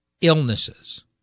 illnesses